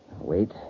Wait